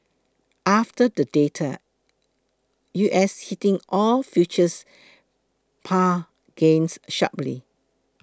after the data U S heating oil futures pare gains sharply